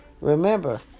Remember